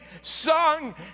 sung